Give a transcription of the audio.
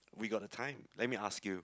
we got the time let me ask you